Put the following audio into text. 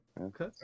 Okay